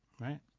right